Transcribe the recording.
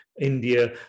India